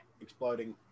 exploding